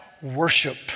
worship